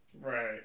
right